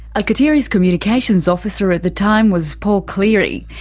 alkatiri's communications officer at the time was paul cleary.